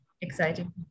exciting